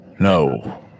No